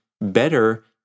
better